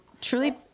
truly